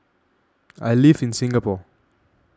I live in Singapore